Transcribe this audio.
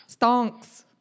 Stonks